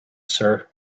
sir